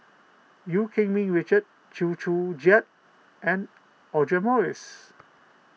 Eu Keng Mun Richard Chew Joo Chiat and Audra Morrice